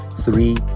Three